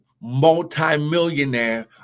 multimillionaire